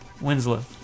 Winslow